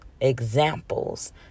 examples